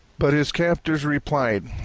but his captors replied,